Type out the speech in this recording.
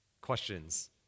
questions